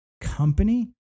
company